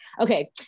Okay